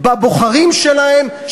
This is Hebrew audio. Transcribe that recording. בבוחרים שלהם,